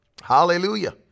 Hallelujah